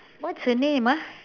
what's her name ah